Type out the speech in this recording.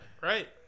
Right